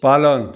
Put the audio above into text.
पालन